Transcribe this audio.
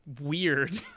weird